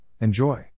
Enjoy